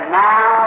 now